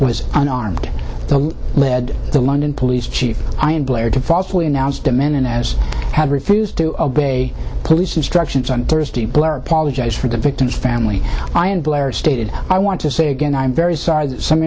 was unarmed led the london police chief i am blair to falsely announce demesne and as i have refused to obey police instructions on thursday blair apologized for the victim's family i and blair stated i want to say again i'm very so